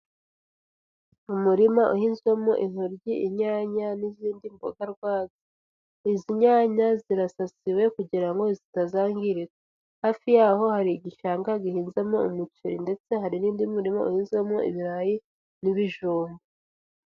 Umurima uhinzwemo intoryi, inyanya, n'izindi mboga, izi nyanya zirasasiwe kugira ngo zitazangirika, hafi yaho hari igishanga gihinzemo umuceri, ndetse hari n'undi murima uhinzwemo ibirayi n'ibijumba.